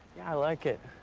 i like it.